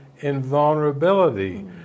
invulnerability